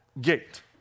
gate